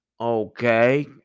Okay